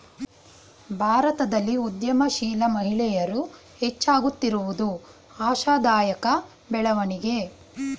ಭಾರತದಲ್ಲಿ ಉದ್ಯಮಶೀಲ ಮಹಿಳೆಯರು ಹೆಚ್ಚಾಗುತ್ತಿರುವುದು ಆಶಾದಾಯಕ ಬೆಳವಣಿಗೆ